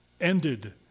ended